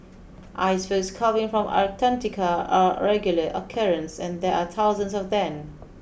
icebergs calving from Antarctica are a regular occurrence and there are thousands of them